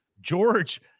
George